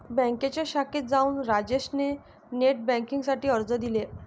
बँकेच्या शाखेत जाऊन राजेश ने नेट बेन्किंग साठी अर्ज दिले